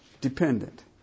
dependent